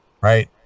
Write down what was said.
Right